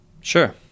Sure